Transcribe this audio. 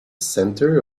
center